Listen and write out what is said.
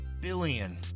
billion